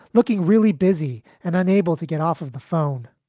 looking really busy and unable to get off of the phone.